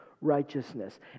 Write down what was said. righteousness